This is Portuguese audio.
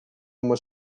uma